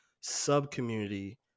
sub-community